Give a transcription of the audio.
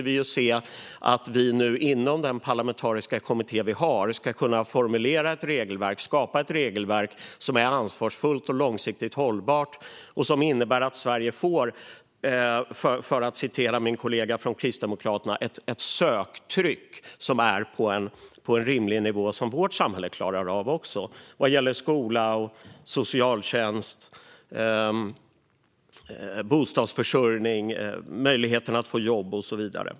Vi i den parlamentariska kommittén måste kunna skapa ett regelverk som är ansvarsfullt och långsiktigt hållbart och som innebär att Sverige får, för att hänvisa till vad min kollega från Kristdemokraterna sa, ett söktryck som är på en rimlig nivå och som vårt samhälle klarar av vad gäller skola, socialtjänst, bostadsförsörjning, möjligheten att få jobb och så vidare.